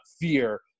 fear